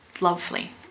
lovely